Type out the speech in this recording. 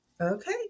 Okay